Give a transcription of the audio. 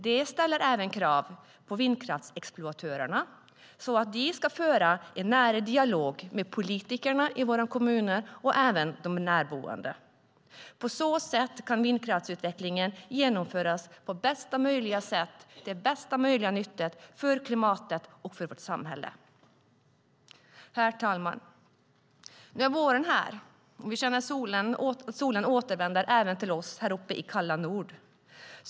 Det ställer även krav på vindkraftsexploatörerna på att föra en nära dialog med politikerna i våra kommuner och även med de närboende. På så sätt kan vindkraftsutvecklingen genomföras på bästa möjliga sätt och till bästa möjliga nytta för klimatet och vårt samhälle. Herr talman! Nu är våren här, och vi känner solen återvända även till oss här uppe i det kalla Norden.